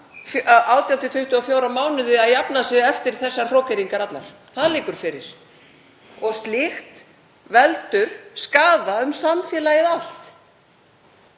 18–24 mánuði að jafna sig eftir þessar hrókeringar allar. Það liggur fyrir. Slíkt veldur skaða um samfélagið allt.